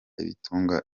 ibitunga